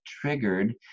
triggered